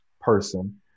person